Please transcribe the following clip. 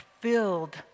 filled